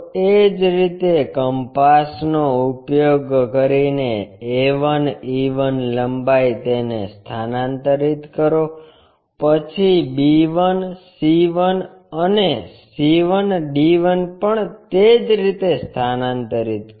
એ જ રીતે કંપાસનો ઉપયોગ કરીને a 1 e 1 લંબાઈ તેને સ્થાનાંતરિત કરો પછી b 1 c 1 અને c 1 d 1 પણ તે જ રીતે સ્થાનાંતરિત કરો